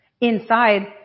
Inside